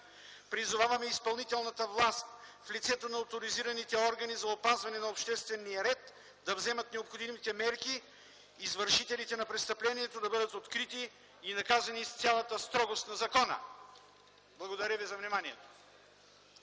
Призоваваме изпълнителната власт в лицето на оторизираните органи за опазване на обществения ред да вземат необходимите мерки извършителите на престъплението да бъдат открити и наказани с цялата строгост на закона. Благодаря Ви за вниманието.